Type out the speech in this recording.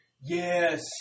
Yes